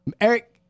Eric